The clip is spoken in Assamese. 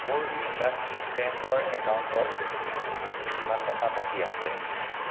মোৰ ইণ্ডাচইণ্ড বেংকৰ একাউণ্টত আৰু কিমান টকা বাকী আছে